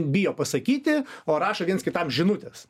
bijo pasakyti o rašo viens kitam žinutes